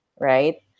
right